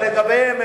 אבל לגביהם,